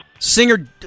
Singer